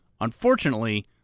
Unfortunately